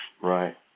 Right